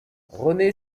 renée